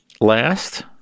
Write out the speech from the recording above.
last